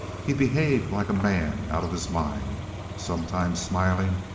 he behaved like a man out of his mind sometimes smiling,